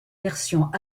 versions